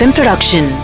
Production